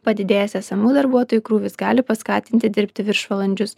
padidėjęs esamų darbuotojų krūvis gali paskatinti dirbti viršvalandžius